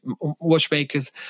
watchmakers